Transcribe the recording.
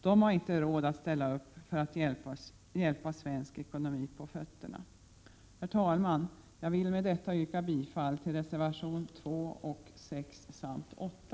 De har inte råd att ställa upp för att hjälpa svensk ekonomi på fötter. Herr talman! Jag vill med detta yrka bifall till reservationerna 2, 6 och 8.